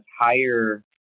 higher